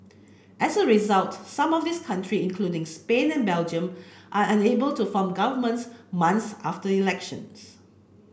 as a result some of these country including Spain and Belgium are unable to form governments months after elections